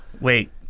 Wait